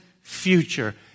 future